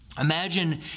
Imagine